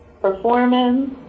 performance